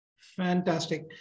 Fantastic